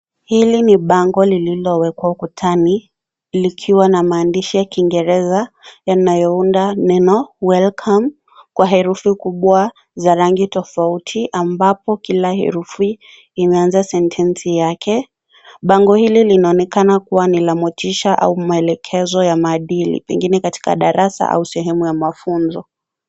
Hili ni bango lililowekwa kutani likiwa na maandishi ya kiingereza, yanayo unda neno "welcome" kwa herufi kubwa za rangi tofauti ambapo kila herufi imeanza sentensi yake. Bango hili linaonekana kuwa ni la motisha au mwolekezo ya maadili katika darasa au sehemu ya mafunzo.